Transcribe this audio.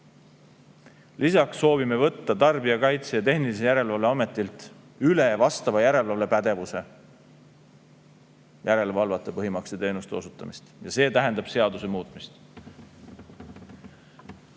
Lisaks soovime võtta Tarbijakaitse ja Tehnilise Järelevalve Ametilt üle vastava järelevalvepädevuse – järelevalve põhimakseteenuste osutamise üle. See tähendab seaduse muutmist.